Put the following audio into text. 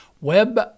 Web